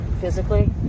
physically